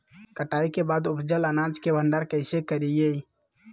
कटाई के बाद उपजल अनाज के भंडारण कइसे करियई?